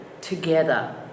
together